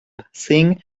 thing